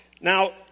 Now